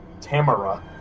Tamara